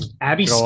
Abby